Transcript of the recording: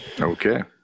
Okay